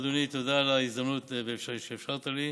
אדוני, תודה על ההזדמנות שאפשרת לי.